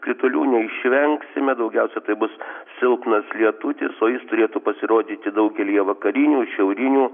kritulių neišvengsime daugiausia tai bus silpnas lietutis o jis turėtų pasirodyti daugelyje vakarinių šiaurinių